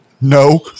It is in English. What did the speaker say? No